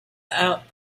out